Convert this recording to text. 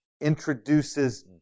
introduces